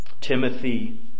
Timothy